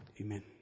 Amen